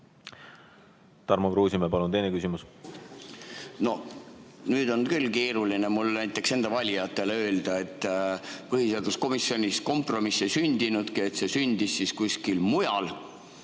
Tarmo Kruusimäe, palun teine küsimus! No nüüd on mul küll keeruline näiteks enda valijatele öelda, et põhiseaduskomisjonis kompromissi ei sündinudki, vaid see sündis kuskil mujal.